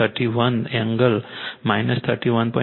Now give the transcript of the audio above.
31 angle 31